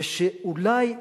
ושאולי,